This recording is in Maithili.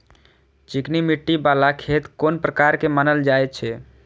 चिकनी मिट्टी बाला खेत कोन प्रकार के मानल जाय छै?